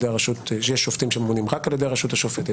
יש שופטים שממונים רק על ידי הרשות השופטת,